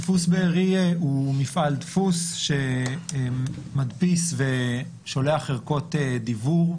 דפוס בארי הוא מפעל דפוס שמדפיס ושולח ערכות דיוור,